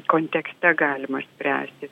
kontekste galima spręsti